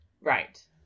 Right